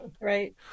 right